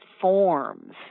forms